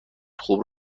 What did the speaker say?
خوب